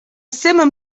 simum